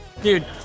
Dude